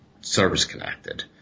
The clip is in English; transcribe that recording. service-connected